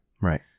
right